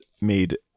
made